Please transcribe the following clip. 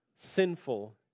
sinful